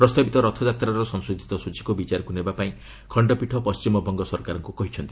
ପ୍ରସ୍ତାବିତ ରଥାଯାତ୍ରାର ସଂଶୋଧିତ ସ୍ୱଚୀକୁ ବିଚାରକୁ ନେବାପାଇଁ ଖଣ୍ଡପୀଠ ପଣ୍ଟିମବଙ୍ଗ ସରକାରଙ୍କୁ କହିଛନ୍ତି